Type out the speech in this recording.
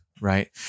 Right